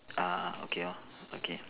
ah okay lor okay